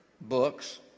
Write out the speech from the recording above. books